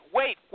wait